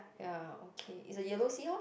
ya okay it's a yellow seahorse